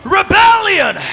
rebellion